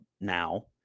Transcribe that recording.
now